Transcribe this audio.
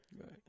Right